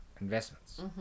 Investments